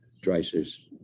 dreiser's